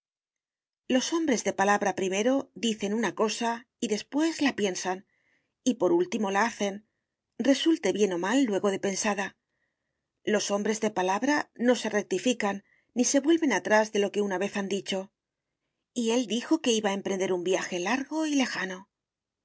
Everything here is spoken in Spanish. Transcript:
los hombres de palabra primero dicen una cosa y después la piensan y por último la hacen resulte bien o mal luego de pensada los hombres de palabra no se rectifican ni se vuelven atrás de lo que una vez han dicho y él dijo que iba a emprender un viaje largo y lejano